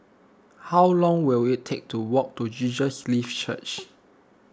how long will it take to walk to Jesus Lives Church